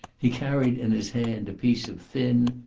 he carried in his hand a piece of thin,